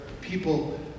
People